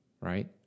right